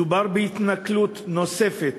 מדובר בהתנכלות נוספת